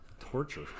torture